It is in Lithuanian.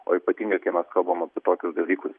o ypatingai kai mes kalbam apie tokius dalykus